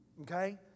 okay